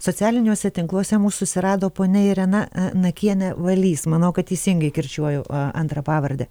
socialiniuose tinkluose mus susirado ponia irena nakienė valys manau kad teisingai kirčiuoju antrą pavardę